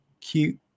cute